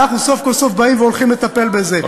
אנחנו סוף כל סוף באים והולכים לטפל בזה.